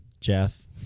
Jeff